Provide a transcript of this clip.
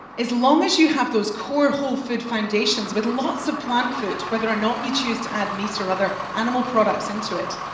as long as you have those core whole food foundations with lots of plant food, whether or not you choose to add meat or other animal products into it,